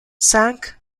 sank